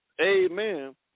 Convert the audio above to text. amen